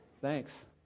Thanks